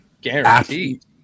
Guaranteed